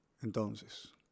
Entonces